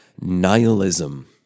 nihilism